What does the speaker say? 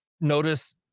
notice